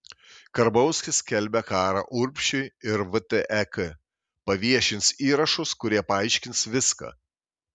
karbauskis skelbia karą urbšiui ir vtek paviešins įrašus kurie paaiškins viską